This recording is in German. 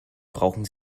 brauchen